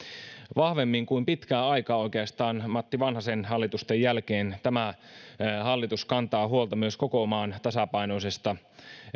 vahvemmin kuin pitkään aikaan oikeastaan matti vanhasen hallitusten jälkeen tämä hallitus kantaa huolta myös koko maan tasapainoisesta